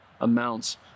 amounts